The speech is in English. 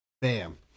Bam